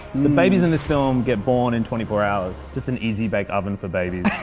the babies in this film get born in twenty four hours just an easy-bake oven for babies